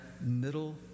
middle